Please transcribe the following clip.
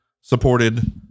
supported